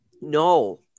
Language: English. no